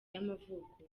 y’amavuko